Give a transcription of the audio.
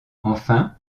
enfin